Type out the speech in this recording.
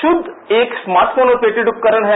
शुद्ध एक smartphone operative उपकरण है